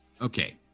Okay